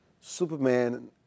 Superman